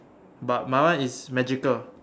but my one is magical